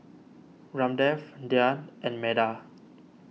Ramdev Dhyan and Medha